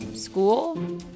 School